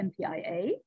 MPIA